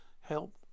Help